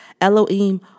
Elohim